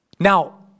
Now